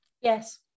Yes